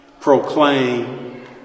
proclaim